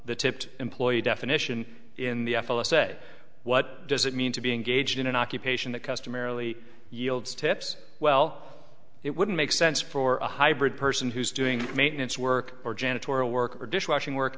the tipped employee definition in the f s a what does it mean to be engaged in an occupation that customarily yields tips well it wouldn't make sense for a hybrid person who's doing maintenance work or janitorial work or dishwashing work